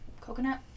Coconut